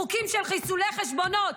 חוקים של חיסולי חשבונות.